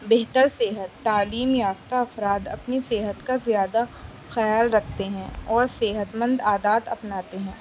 بہتر صحت تعلیم یافتہ افراد اپنی صحت کا زیادہ خیال رکھتے ہیں اور صحت مند عادات اپناتے ہیں